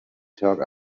talk